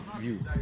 view